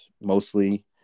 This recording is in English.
mostly